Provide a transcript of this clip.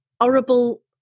horrible